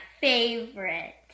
favorite